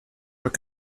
were